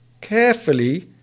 carefully